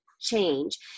change